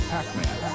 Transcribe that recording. Pac-Man